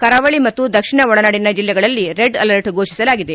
ಕರಾವಳಿ ಮತ್ತು ದಕ್ಷಿಣ ಒಳನಾಡಿನ ಜಿಲ್ಲೆಗಳಲ್ಲಿ ರೆಡ್ ಅಲರ್ಟ್ ಫೋಷಿಸಲಾಗಿದೆ